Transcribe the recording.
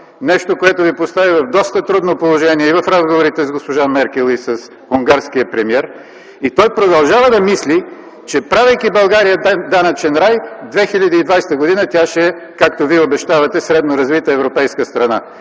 нещо, което Ви постави в доста трудно положение и в разговорите с госпожа Меркел, и с унгарския премиер. Той продължава да мисли, че правейки България данъчен рай, 2020 г. тя ще е, както Вие обещавате, средно развита европейска страна.